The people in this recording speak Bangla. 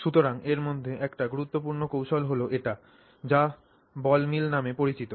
সুতরাং এর মধ্যে একটি গুরুত্বপূর্ণ কৌশল হল এটা যা বল মিল নামে পরিচিত